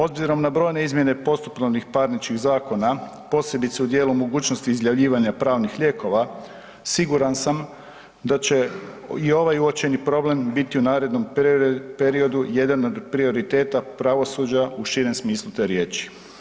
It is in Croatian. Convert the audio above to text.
Obzirom na brojne izmjene postupovnih parničnih zakona posebice u dijelu mogućnosti izjavljivanja pravnih lijekova siguran sam da će i ovaj uočeni problem biti u narednom periodu jedan od prioriteta pravosuđa u širem smislu te riječi.